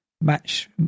Match